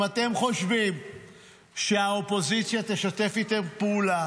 אם אתם חושבים שהאופוזיציה תשתף איתכם פעולה